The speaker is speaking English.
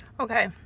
Okay